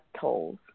tolls